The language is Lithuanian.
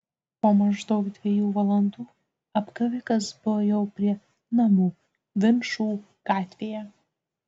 po maždaug dviejų valandų apgavikas buvo jau prie namų vinčų gatvėje